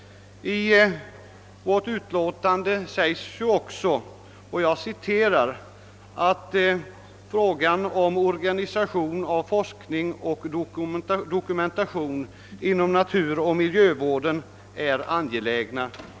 I vårt utlåtande anför vi också, »att frågor om organisation av forskning och dokumentation inom naturoch miljövården är angelägna».